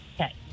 Okay